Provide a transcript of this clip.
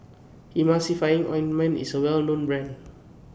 Emulsying Ointment IS A Well known Brand